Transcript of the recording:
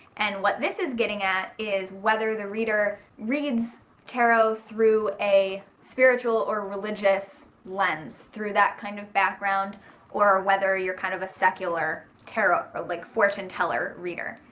and what this is getting at is whether the reader reads tarot through a spiritual or religious lens through that kind of background or whether you're kind of a secular tarot like fortune-teller reader.